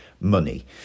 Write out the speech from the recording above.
money